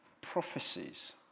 prophecies